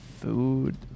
food